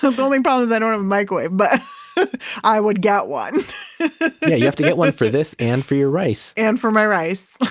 the only problem is i don't have a microwave, but i would get one you have to get one for this and for your rice and for my rice.